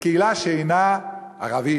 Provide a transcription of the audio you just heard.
לקהילה שאינה ערבית?